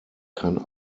kann